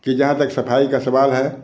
कि जहाँ तक सफाई का सवाल है